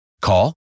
Call